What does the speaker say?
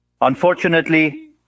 Unfortunately